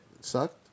sucked